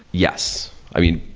yes. i mean,